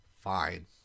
Fine